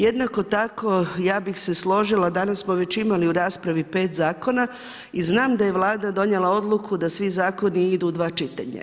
Jednako tako ja bih se složila, danas smo već imali u raspravi pet zakona i znam da je Vlada donijela odluku da svi zakoni idu u dva čitanja.